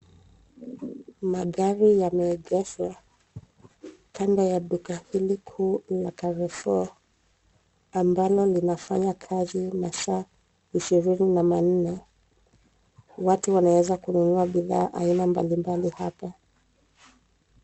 Magari yameegeshwa kando ya duka hili kuu la Carrefour ambalo linafanya kazi masaa ishirini na manne. Watu wanaweza kununua bidhaa aina mbalimbali hapa.